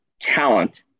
talent